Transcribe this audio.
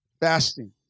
fasting